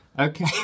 Okay